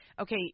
okay